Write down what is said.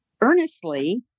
earnestly